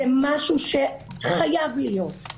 זה משהו שחייב להיות.